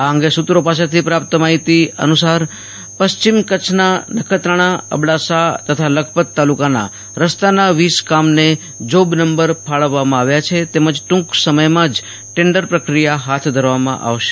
આ અંગે સૂત્રો પાસેથી પ્રાપ્ત માહિતી અનુસાર પશ્ચિમ કચ્છના નખત્રાણા અબડાસા તથા લખપત તાલુકાના રસ્તાના વીસ કામને જોબ નંબર ફાળવવામાં આવ્યા છે તેમજ ટૂંક સમયમાં જ ટેન્ડર પ્રક્રિયા હાથ ધરવામાં આવશે